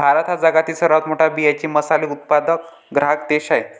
भारत हा जगातील सर्वात मोठा बियांचे मसाले उत्पादक ग्राहक देश आहे